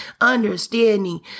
understanding